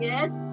Yes